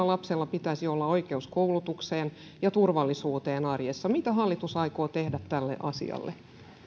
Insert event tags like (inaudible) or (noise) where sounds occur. (unintelligible) lapsella pitäisi olla oikeus koulutukseen ja turvallisuuteen arjessa mitä hallitus aikoo tehdä tälle asialle